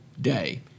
day